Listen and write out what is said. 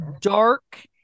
dark